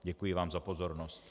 Děkuji vám za pozornost.